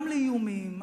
גם לאיומים,